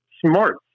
smart